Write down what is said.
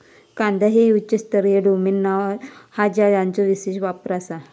कांदा हे उच्च स्तरीय डोमेन नाव हा ज्याचो विशेष वापर आसा